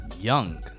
young